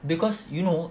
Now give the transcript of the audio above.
because you know